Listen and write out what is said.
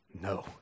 No